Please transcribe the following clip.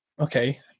Okay